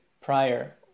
prior